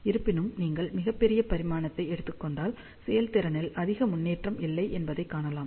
இருப்பினும் நீங்கள் மிகப் பெரிய பரிமாணத்தை எடுத்துக் கொண்டால் செயல்திறனில் அதிக முன்னேற்றம் இல்லை என்பதைக் காணலாம்